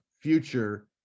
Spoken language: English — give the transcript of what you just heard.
future